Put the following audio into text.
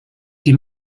die